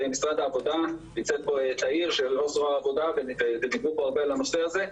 משרד העבודה נמצאת פה נציגה של המשרד ודיברו על הנושא הזה,